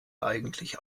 eigentlich